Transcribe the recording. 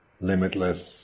limitless